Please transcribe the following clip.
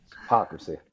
Hypocrisy